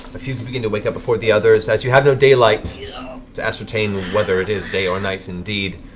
a few begin to wake up before the others, as you have no daylight to ascertain whether it is day or night. indeed,